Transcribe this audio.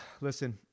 Listen